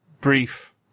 brief